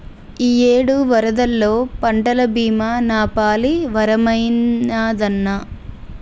ఇయ్యేడు వరదల్లో పంటల బీమా నాపాలి వరమైనాదన్నా